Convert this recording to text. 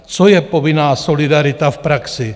Co je povinná solidarita v praxi?